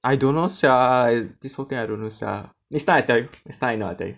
I don't know sia this whole thing I don't know sia next time I tell you next time I know I tell you